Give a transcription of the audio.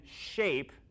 shape